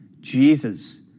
Jesus